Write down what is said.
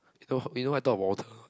you know you know why I talk about water